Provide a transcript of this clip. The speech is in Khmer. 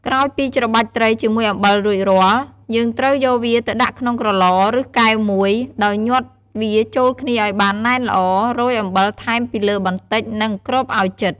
ក្រោយពីច្របាច់ត្រីជាមួយអំបិលរួចរាល់ យើងត្រូវយកវាទៅដាក់ក្នុងក្រឡ ឬ កែវមួយ ដោយញាត់វាចូលគ្នាឱ្យបានណែនល្អ រោយអំបិលថែមពីលើបន្តិច និង គ្របឱ្យជិត។